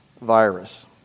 virus